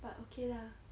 but okay lah